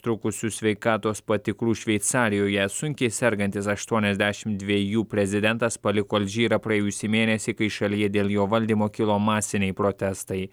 trukusių sveikatos patikrų šveicarijoje sunkiai sergantis aštuoniasdešim dviejų prezidentas paliko alžyrą praėjusį mėnesį kai šalyje dėl jo valdymo kilo masiniai protestai